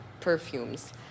perfumes